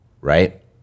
Right